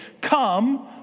Come